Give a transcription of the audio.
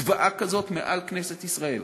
זוועה כזאת מעל במת כנסת ישראל.